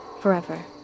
forever